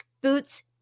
boots